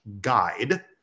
guide